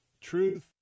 truth